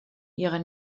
ihrer